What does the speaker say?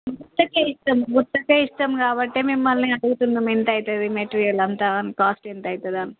గుత్తకే ఇస్తాము గుత్తకే ఇస్తాము కాబట్టే మిమ్మల్నే అడుగుతున్నము ఎంత అవుతుంది మెటీరియల్ అంతా దాని కాస్ట్ ఎంతవుతుందని